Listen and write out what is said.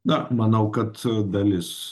na manau kad dalis